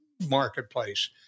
Marketplace